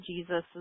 Jesus